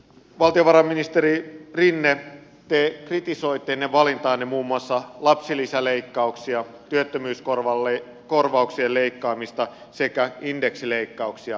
valtiovarainministeri rinne te kritisoitte ennen valintaanne muun muassa lapsilisäleikkauksia työttömyyskorvauksien leikkaamista sekä indeksileikkauksia